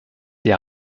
sie